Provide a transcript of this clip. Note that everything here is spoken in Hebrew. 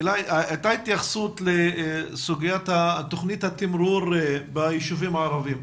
הייתה התייחסות לסוגיית תוכנית התמרור ביישובים הערבים.